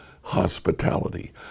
hospitality